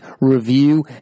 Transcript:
review